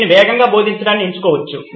నేను వేగంగా బోధించడానికి ఎంచుకోవచ్చు